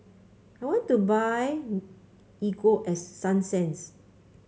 I want to buy Ego Sunsense